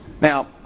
Now